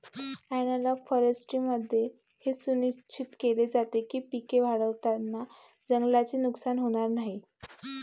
analogue फॉरेस्ट्रीमध्ये हे सुनिश्चित केले जाते की पिके वाढवताना जंगलाचे नुकसान होणार नाही